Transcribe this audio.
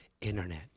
internet